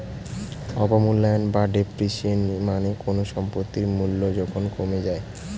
অবমূল্যায়ন বা ডেপ্রিসিয়েশন মানে কোনো সম্পত্তির মূল্য যখন কমে যায়